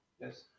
yes